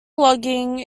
logging